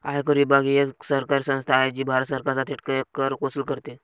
आयकर विभाग ही एक सरकारी संस्था आहे जी भारत सरकारचा थेट कर वसूल करते